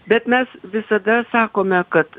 bet mes visada sakome kad